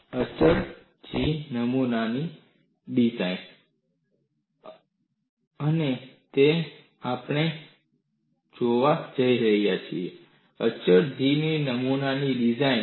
Design of constant G specimen અચળ G નમૂનાની design અને તે જ આપણે હવે જોવા જઈ રહ્યા છીએ અચળ G નમૂનાની ડિઝાઇન